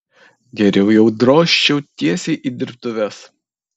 geriau jau drožčiau tiesiai į dirbtuves